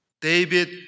David